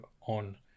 on